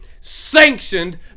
sanctioned